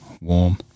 warm